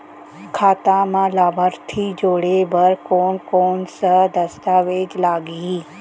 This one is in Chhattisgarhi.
खाता म लाभार्थी जोड़े बर कोन कोन स दस्तावेज लागही?